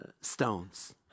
stones